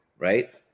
right